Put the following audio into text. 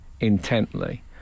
intently